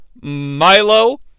Milo